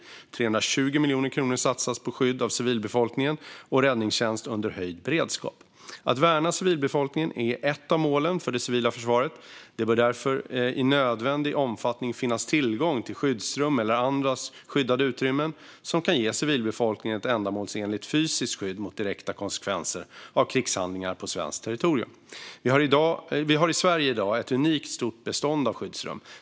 320 miljoner kronor satsas på skydd av civilbefolkningen och räddningstjänst under höjd beredskap. Att värna civilbefolkningen är ett av målen för det civila försvaret. Det bör därför i nödvändig omfattning finnas tillgång till skyddsrum eller andra skyddade utrymmen som kan ge civilbefolkningen ändamålsenligt fysiskt skydd mot direkta konsekvenser av krigshandlingar på svenskt territorium. Sverige har i dag ett unikt stort bestånd av skyddsrum.